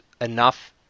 enough